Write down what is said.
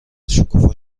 شکوفا